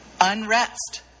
unrest